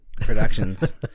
productions